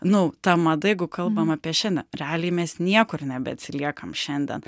nu ta mada jeigu kalbam apie šiandien realiai mes niekur nebeatsiliekam šiandien